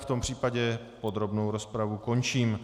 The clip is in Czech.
V tom případě podrobnou rozpravu končím.